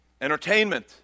Entertainment